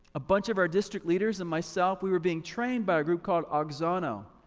a bunch of our district leaders and myself, we were being trained by a group called auxano.